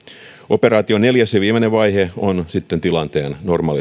operaation neljäs ja viimeinen vaihe on sitten tilanteen normalisointi